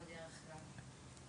זה ידוע למה?